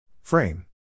Frame